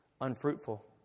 unfruitful